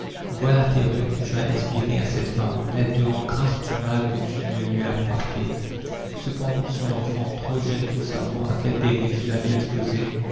vois la terreur que tu as inspirée à cette femme elle te rend grâce du mal que tu ne lui as pas fait cependant son enfant trop jeune pour savoir à quel péril tu l'avais exposé